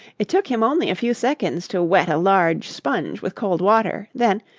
it took him only a few seconds to wet a large sponge with cold water, then,